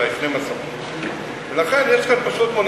אולי 12%. ולכן יש כאן פשוט מונופול,